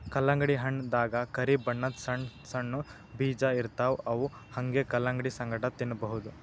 ಕಲ್ಲಂಗಡಿ ಹಣ್ಣ್ ದಾಗಾ ಕರಿ ಬಣ್ಣದ್ ಸಣ್ಣ್ ಸಣ್ಣು ಬೀಜ ಇರ್ತವ್ ಅವ್ ಹಂಗೆ ಕಲಂಗಡಿ ಸಂಗಟ ತಿನ್ನಬಹುದ್